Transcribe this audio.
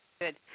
Good